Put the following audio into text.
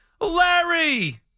Larry